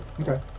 Okay